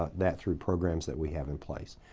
ah that through programs that we have in place.